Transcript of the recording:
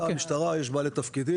בתא המשטרה יש בעלי תפקידים,